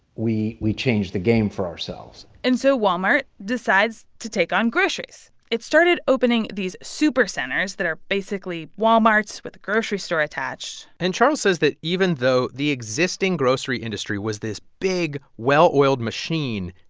we we change the game for ourselves and so walmart decides to take on groceries. it started opening these supercenters that are basically walmarts with a grocery store attached and charles says that even though the existing grocery industry was this big, well-oiled machine,